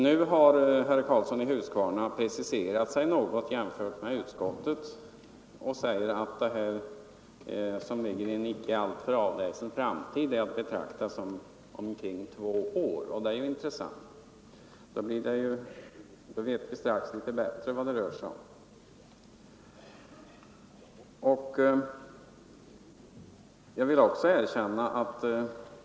Nu har herr Karlsson i Huskvarna preciserat sig något i förhållande till utskottets skrivning och säger att ”inom en icke avlägsen framtid” torde vara inom ungefär två år. Det är intressant. När vi fått reda på det vet vi strax litet bättre vad vi har att räkna med.